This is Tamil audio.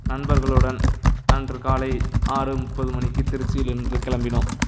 நண்பர்களுடன் அன்று காலை ஆறு முப்பது மணிக்கு திருச்சியிலிருந்து கிளம்பினோம்